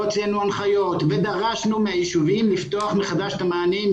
הוצאנו הנחיות ודרשנו מהיישובים לפתוח מחדש את המענים,